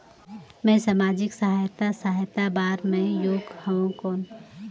मैं समाजिक सहायता सहायता बार मैं योग हवं कौन?